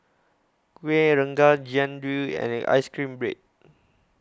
Kueh Rengas Jian Dui and Ice Cream Bread